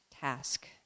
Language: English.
task